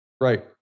Right